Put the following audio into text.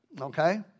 Okay